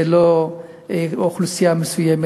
זה לא בקרב אוכלוסייה מסוימת.